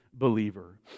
believer